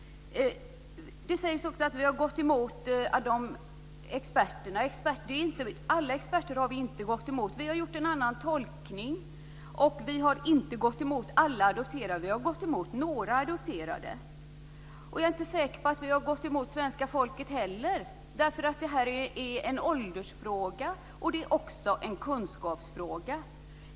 Det sägs också att vi har gått emot experterna. Alla experter har vi inte gått emot. Vi har gjort en annan tolkning. Vi har gått emot några adopterade, inte alla. Jag är inte heller säker på att vi har gått emot svenska folket. Det här är en åldersfråga och en kunskapsfråga.